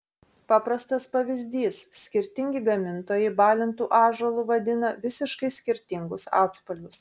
paprastas pavyzdys skirtingi gamintojai balintu ąžuolu vadina visiškai skirtingus atspalvius